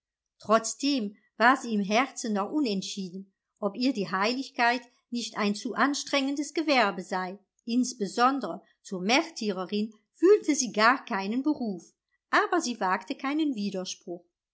trotzdem war sie im herzen noch unentschieden ob ihr die heiligkeit nicht ein zu anstrengendes gewerbe sei insbesondere zur märtyrerin fühlte sie gar keinen beruf aber sie wagte keinen widerspruch